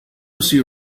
she